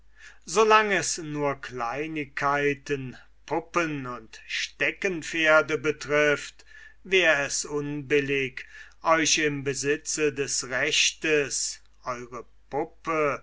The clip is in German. es nur kleinigkeiten puppen und steckenpferde betrifft wär es unbillig euch im besitze des rechtes eure